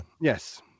Yes